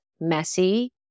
messy